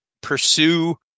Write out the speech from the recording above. pursue